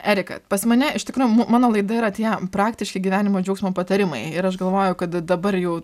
erika pas mane iš tikrųjų mano laida yra tie praktiški gyvenimo džiaugsmo patarimai ir aš galvoju kad dabar jau